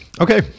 Okay